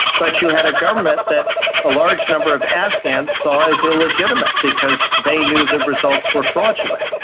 but you had a government that a large number of afghans saw as illegitimate because they knew the results were fraudulent.